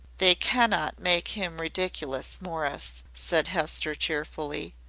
they cannot make him ridiculous, morris, said hester, cheerfully.